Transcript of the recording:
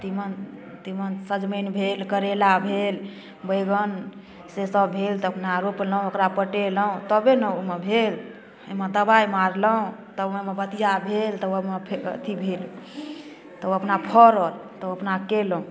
तीमन तीमन सजमनि भेल करेला भेल बैगन सेसब भेल तऽ अपना रोपलहुँ ओकरा पटेलहुँ तबे ने ओहिमे भेल ओहिमे दवाइ मारलहुँ तब ओहिमे बतिआ भेल तऽ ओहिमे अथी भेल तब अपना फड़ल तऽ अपना कएलहुँ